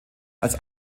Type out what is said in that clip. als